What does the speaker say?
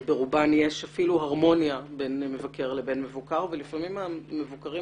ברובן יש אפילו הרמוניה בין מבקר לבין מבוקר ולפעמים המבוקרים